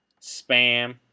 Spam